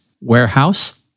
warehouse